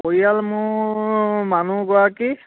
পৰিয়াল মোৰ মানুহগৰাকী